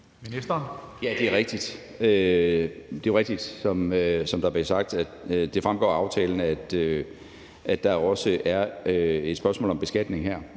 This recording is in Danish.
Ja, det er rigtigt, som der blev sagt, at det fremgår af aftalen, at der også her er et spørgsmål om beskatning.